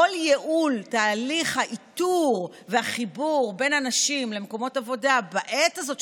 כל ייעול תהליך האיתור והחיבור בין אנשים למקומות עבודה בעת הזאת,